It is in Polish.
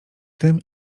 tym